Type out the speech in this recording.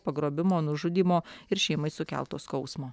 pagrobimo nužudymo ir šeimai sukelto skausmo